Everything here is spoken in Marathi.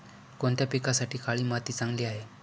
कोणत्या पिकासाठी काळी माती चांगली आहे?